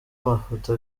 mafoto